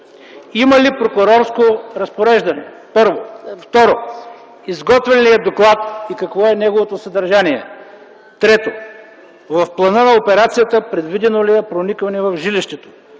има ли прокурорско разпореждане? Второ, изготвен ли е доклад и какво е неговото съдържание? Трето, в плана на операцията предвидено ли е проникване в жилището?